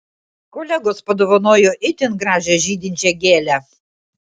kolegos padovanojo itin gražią žydinčią gėlę